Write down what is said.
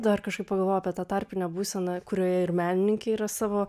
dar kažkaip pagalvojau apie tą tarpinę būseną kurioje ir menininkė yra savo